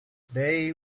they